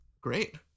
great